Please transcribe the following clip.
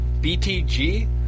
BTG